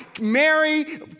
Mary